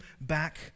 back